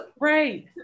right